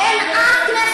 נכון,